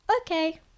Okay